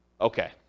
okay